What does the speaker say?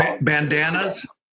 bandanas